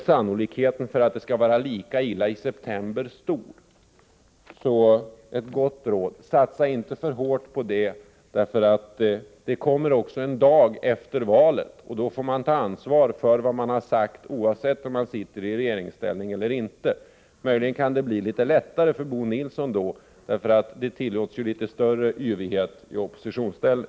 Sannolikheten för att det skall vara lika illa i september är därför stor. Ett gott råd alltså: Satsa inte för hårt på denna förhoppning! Det kommer också en dag efter valet. Då får man ta ansvar för vad man har sagt, oavsett om man sitter i regeringsställning eller inte. Möjligen kan det då bli litet lättare för Bo Nilsson, eftersom det tillåts något större yvighet i oppositionsställning.